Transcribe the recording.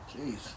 Jeez